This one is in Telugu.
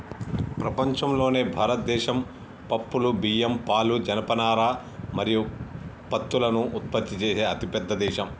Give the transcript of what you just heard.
ప్రపంచంలోనే భారతదేశం పప్పులు, బియ్యం, పాలు, జనపనార మరియు పత్తులను ఉత్పత్తి చేసే అతిపెద్ద దేశం